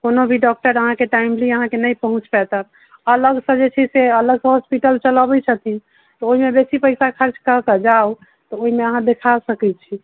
कोनो भी डॉक्टर अहाँके टाइमली अहाँके नहि पहुँच पैता अलगसँ जे छै से अलग हॉस्पिटल चलबै छथिन ओहिमे बेसी पैसा खर्च कए कऽ जाउ तऽ ओहिमे अहाँ देखा सकै छी